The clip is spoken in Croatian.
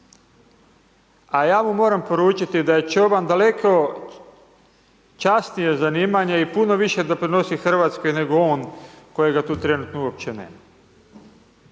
a ja mu moram poručiti da je čoban daleko časnije zanimanje i puno više doprinosi RH nego on kojega tu trenutno uopće nema.